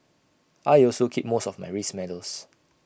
I also keep most of my race medals